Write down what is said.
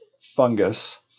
fungus